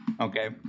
okay